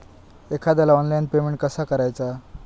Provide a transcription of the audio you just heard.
एखाद्याला online payment कसा करायचा?